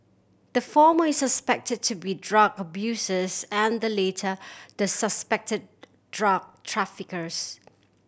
the former is suspected to be drug abusers and the latter the suspected drug traffickers